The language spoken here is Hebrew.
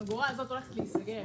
היא הולכת להיסגר.